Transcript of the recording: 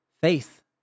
faith